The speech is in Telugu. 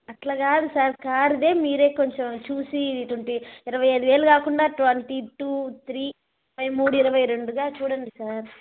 అలా కాదు సార్ కారుదే మీరే కొంచెం చూసి ట్వంటీ ఇరవై ఐదు వేలు కాకుండా ట్వంటీ టూ త్రీ ఇరవై మూడు ఇరవై రెండుగా చూడండి సార్